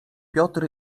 piotr